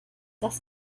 das